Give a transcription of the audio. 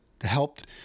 helped